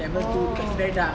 oo